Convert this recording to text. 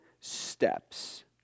steps